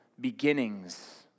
beginnings